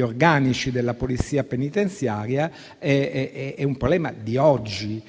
organici della Polizia penitenziaria, è un problema di oggi,